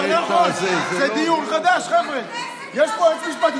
לא, זה דיון חדש.